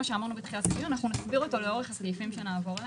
אנחנו נסביר אותו לאורך הסעיפים שנעבור עליהם.